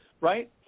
right